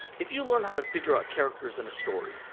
if you learn how to figure out characters in a story,